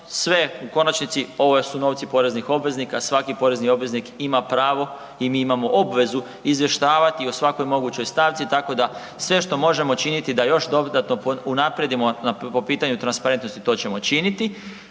sve, u konačnici ovo su novci poreznih obveznika a svaki porezni obveznik ima pravo i mi imamo obvezu izvještavati o svakoj mogućoj stavci tako da sve što možemo činiti je da još dodatno unaprijedimo a po pitanju transparentnosti to ćemo činiti.